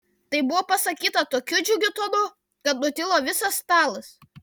tai buvo pasakyta tokiu džiugiu tonu kad nutilo visas stalas